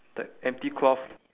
that empty cloth